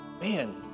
man